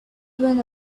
even